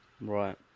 Right